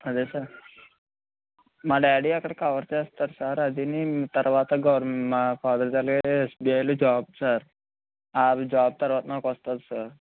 అదే సార్ మా డాడీ అక్కడ కవర్ చేస్తారు సార్ అదీ తర్వాత గవర్ మా ఫాదర్ది అలాగే ఎస్బీఐలో జాబ్ సార్ వాళ్ళ జాబ్ తర్వాత నాకు వస్తుంది సార్